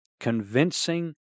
Convincing